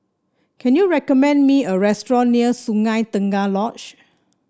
can you recommend me a restaurant near Sungei Tengah Lodge